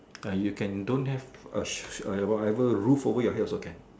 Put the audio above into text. uh you can don't have a whatever roof over your head also can